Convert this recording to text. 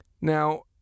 now